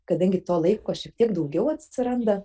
kadangi to laiko šiek tiek daugiau atsiranda